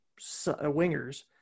wingers